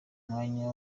umwanya